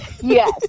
Yes